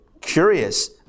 curious